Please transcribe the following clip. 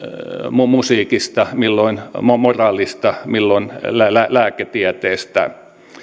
musiikista milloin moraalista milloin lääketieteestä